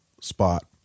spot